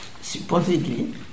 supposedly